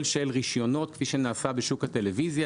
של רישיונות כפי שנעשה בשוק הטלוויזיה.